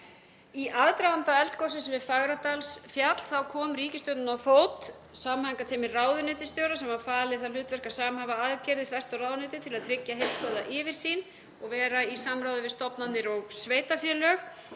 Í aðdraganda eldgossins við Fagradalsfjall kom ríkisstjórnin á fót samhæfingarteymi ráðuneytisstjóra sem var falið það hlutverk að samhæfa aðgerðir þvert á ráðuneyti til að tryggja heildstæða yfirsýn og vera í samráði við stofnanir og sveitarfélög.